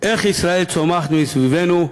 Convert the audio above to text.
איך ישראל צומחת מסביבנו,